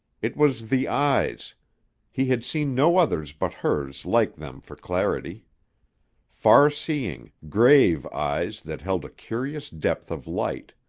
it was the eyes he had seen no others but hers like them for clarity far-seeing, grave eyes that held a curious depth of light.